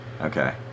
Okay